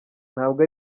ntabwo